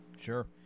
Sure